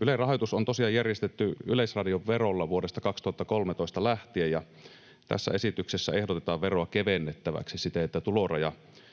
Ylen rahoitus on tosiaan järjestetty yleisradioverolla vuodesta 2013 lähtien. Tässä esityksessä ehdotetaan veroa kevennettäväksi siten, että tuloraja,